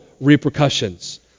repercussions